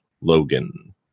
Logan